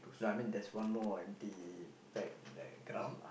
no I mean there's one more empty pack the ground lah